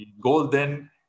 golden